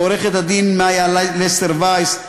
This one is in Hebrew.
לעורכת-הדין מאיה לסר וייס,